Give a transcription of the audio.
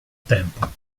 tempo